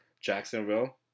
Jacksonville